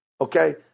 Okay